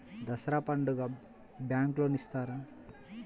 దసరా పండుగ bank loan ఇస్తారా?